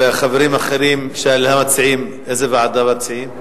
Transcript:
חברים אחרים של המציעים, איזו ועדה מציעים?